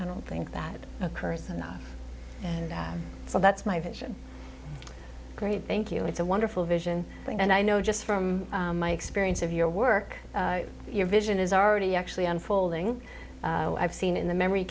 i don't think that occurs enough and so that's my vision great thank you it's a wonderful vision thing and i know just from my experience of your work your vision is already actually unfolding i've seen in the memory